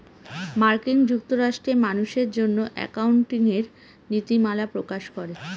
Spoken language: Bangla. মার্কিন যুক্তরাষ্ট্রে মানুষের জন্য একাউন্টিঙের নীতিমালা প্রকাশ করে